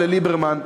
ולליברמן,